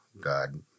God